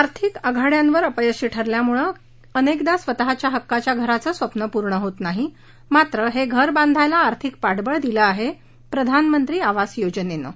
आर्थिक आघाड्यांवर अपयशी ठरल्यामुळे अनेकदा स्वतःच्या हक्काच्या घराचं स्वप्न पूर्ण होत नाही मात्र हे घरं बांधायला आर्थिक पाठबळ दिलं आहे प्रधानमंत्री आवास योजनेनं